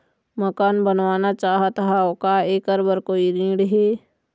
मकान बनवाना चाहत हाव, का ऐकर बर कोई ऋण हे?